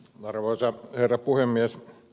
arvoisa herra puhemies